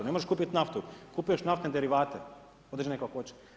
Ne možeš kupit naftu, kupuješ naftne derivate određene kakvoće.